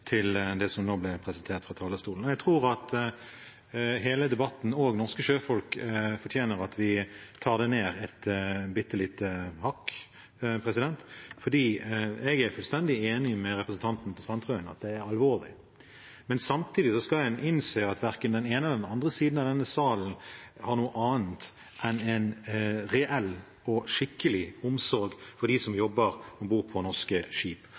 til det som nå ble presentert fra talerstolen. Jeg tror at hele debatten og norske sjøfolk fortjener at vi tar det ned et bitte lite hakk. Jeg er fullstendig enig med representanten Sandtrøen i at det er alvorlig, men samtidig skal en innse at verken den ene eller den andre siden av denne salen har noe annet enn en reell og skikkelig omsorg for dem som jobber om bord på norske skip.